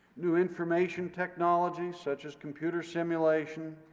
new information technology, such as computer simulation,